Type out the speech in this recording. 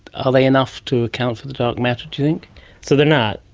are they enough to account for the dark matter, do you think? so they are not.